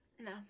No